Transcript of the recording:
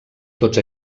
tots